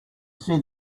see